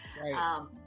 Right